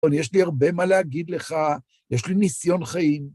יש לי הרבה מה להגיד לך, יש לי ניסיון חיים.